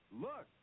look